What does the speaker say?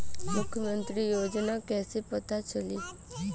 मुख्यमंत्री योजना कइसे पता चली?